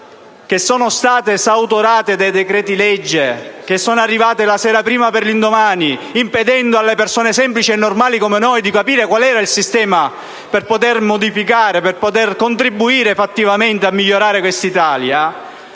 sono state esautorate dai decreti-legge arrivati la sera per l'indomani, impedendo alle persone semplici e normali come noi di capire qual era il sistema per poter modificare e contribuire fattivamente a migliorare quest'Italia.